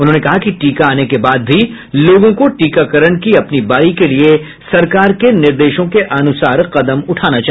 उन्होंने कहा कि टीका आने के बाद भी लोगों को टीकाकरण की अपनी बारी के लिए सरकार के निर्देशों के अनुसार कदम उठाना चाहिए